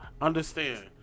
Understand